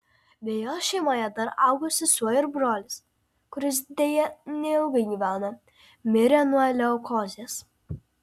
be jos šeimoje dar augo sesuo ir brolis kuris deja neilgai gyveno mirė nuo leukozės